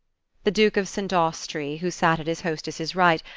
the duke of st. austrey, who sat at his hostess's right,